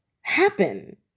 happen